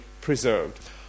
preserved